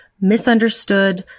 misunderstood